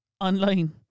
Online